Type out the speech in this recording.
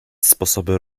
sposoby